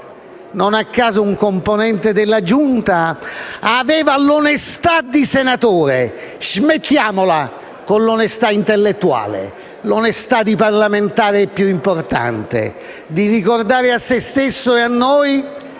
(non a caso un componente della Giunta), aveva l'onestà di senatore - smettiamola con l'onestà intellettuale, perché l'onestà di parlamentare è più importante - di ricordare a se stesso e a noi